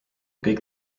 kõik